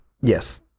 Yes